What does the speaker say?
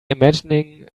imagining